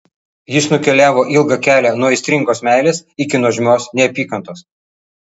jis nukeliavo ilgą kelią nuo aistringos meilės iki nuožmios neapykantos